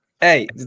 Hey